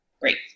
Great